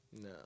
No